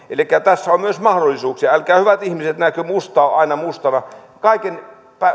elikkä tässä on on myös mahdollisuuksia älkää hyvät ihmiset nähkö mustaa aina mustana